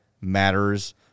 matters